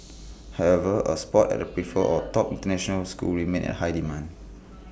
however A spot at A preferred or top International school remains in high demand